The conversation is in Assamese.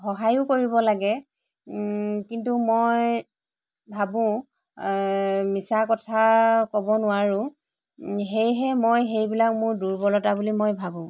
সহায়ো কৰিব লাগে কিন্তু মই ভাবোঁ মিছা কথা ক'ব নোৱাৰোঁ সেয়েহে মই সেইবিলাক মোৰ দুৰ্বলতা বুলি মই ভাবোঁ